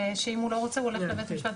שאם הוא לא רוצה הוא הולך לבית משפט,